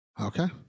Okay